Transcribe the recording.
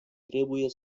trebuie